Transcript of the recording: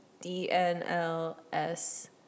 D-N-L-S